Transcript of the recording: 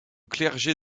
clergé